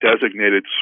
designated